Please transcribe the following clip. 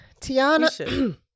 Tiana